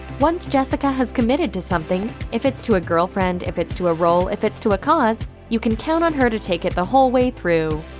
once jessica has committed to something if it's to a girlfriend, if it's to a role, if it's to a cause you can count on her to take it the whole way through.